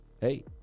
Hey